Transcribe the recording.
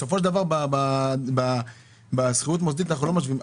בסופו של דבר בשכירות מוסדית אנחנו לא משווים.